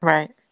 Right